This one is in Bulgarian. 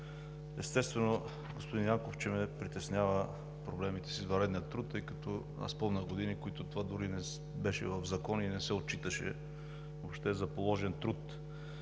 Естествено, господин Янков, че ме притесняват проблемите с извънредния труд, тъй като аз помня години, когато това дори не беше в закон и не се отчиташе въобще за положен труд.